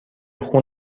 خون